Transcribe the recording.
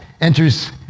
enters